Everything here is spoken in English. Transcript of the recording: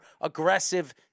aggressive